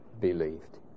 believed